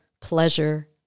pleasure